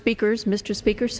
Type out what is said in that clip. speakers mr speaker